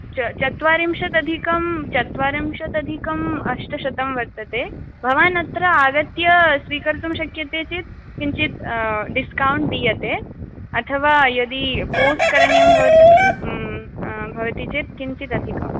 च चत्वारिंशदधिकं चत्वारिंशतदधिकम् अष्टशतं वर्तते भवानत्र आगत्य स्वीकर्तुं शक्यते चेत् किञ्चित् डिस्कौण्ट् दीयते अथवा यदि पोस्ट् करणीयं भवति भवति चेत् किञ्चिदधिकम्